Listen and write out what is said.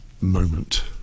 moment